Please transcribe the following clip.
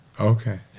Okay